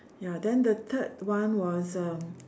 ya then the third one was um